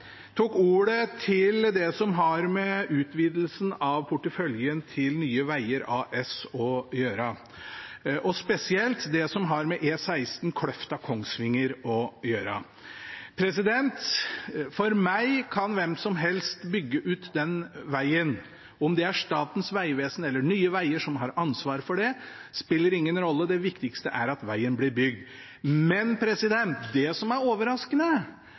tok ordet til det som har med utvidelsen av porteføljen til Nye veier AS å gjøre, og spesielt det som har med E16 Kløfta–Kongsvinger å gjøre. For meg kan hvem som helst bygge ut den vegen. Om det er Statens vegvesen eller Nye veier som har ansvaret for det, spiller ingen rolle. Det viktigste er at vegen blir bygd. Men det som er